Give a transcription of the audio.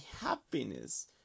happiness